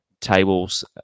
tables